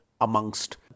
...amongst